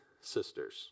sisters